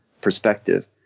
perspective